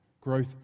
Growth